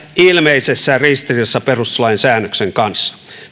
ilmeisessä ristiriidassa perustuslain säännöksen kanssa